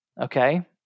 okay